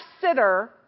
sitter